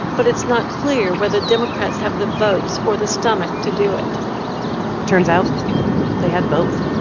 but it's not clear whether democrats have the votes or the stomach to do it turns out they had both.